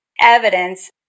evidence